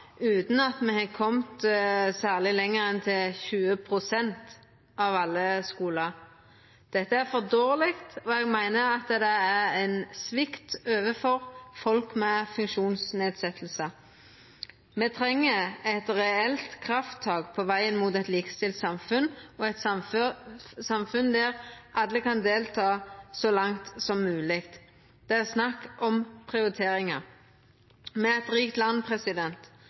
utan at me har kome særleg lenger enn til 20 pst. av alle skular. Det er for dårleg, og eg meiner at det er eit svik overfor folk med funksjonsnedsetjing. Me treng eit reelt krafttak på vegen mot eit likestilt samfunn, og eit samfunn der alle kan delta så langt som mogleg. Det er snakk om prioriteringar. Me er eit rikt land,